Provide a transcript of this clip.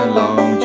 long